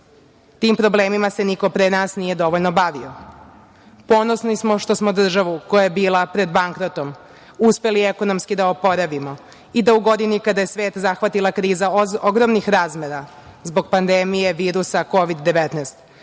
Tim problemima se niko pre nas nije dovoljno bavio. Ponosni smo što smo državu koja je bila pred bankrotom uspeli ekonomski da oporavimo i da u godini kada je svet zahvatila kriza ogromnih razmera zbog pandemije virusa Kovid-19